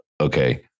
Okay